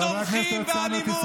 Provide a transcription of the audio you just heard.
חבר הכנסת הרצנו.